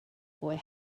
boy